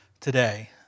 today